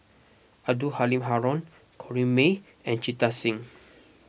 Abdul Halim Haron Corrinne May and Jita Singh